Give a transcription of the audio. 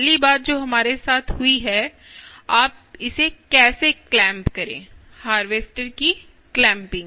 पहली बात जो हमारे साथ हुई है आप इसे कैसे क्लैंप करें हार्वेस्टर की क्लैंपिंग